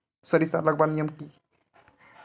सरिसा लगवार नियम की?